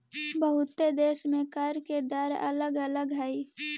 बहुते देश में कर के दर अलग अलग हई